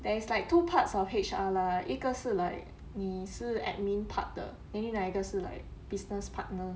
there's like two parts of H_R lah 一个是 like 你是 admin part 的 then 另外一个是 like business partner